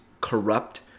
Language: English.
corrupt